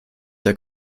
der